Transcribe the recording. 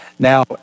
Now